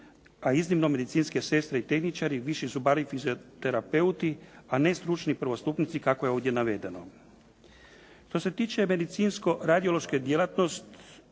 a iznimno medicinske sestre i tehničare, viši zubari i fizioterapeuti, a ne stručni prvostupnici kako je ovdje navedeno. Što se tiče medicinsko-radiološke djelatnost